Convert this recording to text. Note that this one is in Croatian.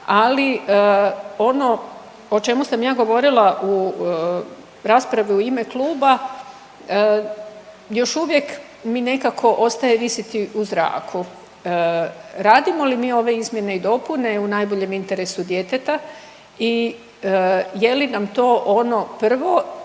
ali ono o čemu sam ja govorila u raspravi u ime kluba još uvijek mi nekako ostaje visiti u zraku. Radimo li mi ove izmjene i dopune u najboljem interesu djeteta i je li nam to ono prvo